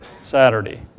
Saturday